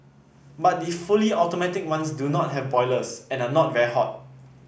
but the fully automatic ones do not have boilers and are not very hot